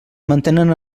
mantenen